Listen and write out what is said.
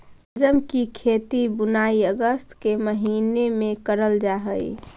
शलजम की खेती बुनाई अगस्त के महीने में करल जा हई